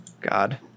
God